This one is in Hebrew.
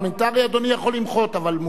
אדוני יכול למחות אבל מותר לה.